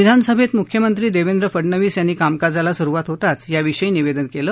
विधानसभेत मुख्यमंत्री देवेंद्र फडनवीस यांनी कामकाजाला सुरुवात होताच याविषयी निवेदन केलं